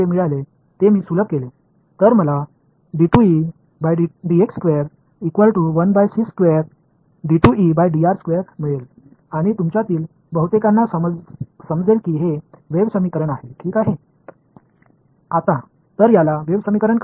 எனவே இதுவரை எனக்குக் கிடைத்ததை நான் எளிமைப்படுத்தினால் நான் பெறுவேன் இது அலை சமன்பாடு என்று அழைக்கப்படுகிறது என்று உங்களில் பலருக்குத் தெரியும்இது ஏன் அலை சமன்பாடு என்று அழைக்கப்படுகிறது